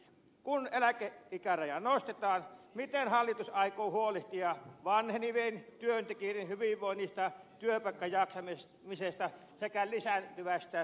kun eläkeikärajaa nostetaan miten hallitus aikoo huolehtia vanhenevien työntekijöiden hyvinvoinnista työpaikkajaksamisesta sekä lisääntyvästä työterveydenhoidosta